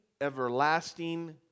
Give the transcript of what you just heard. everlasting